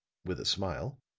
with a smile,